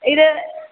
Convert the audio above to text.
ഇത്